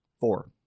Four